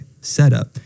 setup